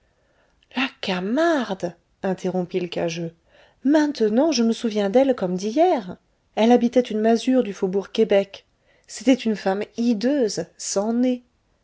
la camarde interrompit l'cageux maintenant je me souviens d'elle comme d'hier elle habitait une masure du faubourg québec c'était une femme hideuse sans nez